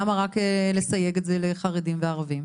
למה רק לסייג את זה לחרדים וערבים?